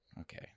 Okay